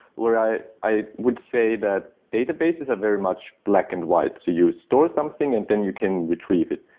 where i i would say that database is a very much black and white so you store something and then you can retrieve it.